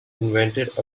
invented